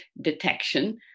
detection